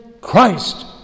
Christ